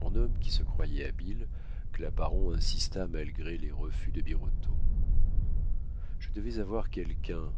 en homme qui se croyait habile claparon insista malgré les refus de birotteau je devais avoir quelqu'un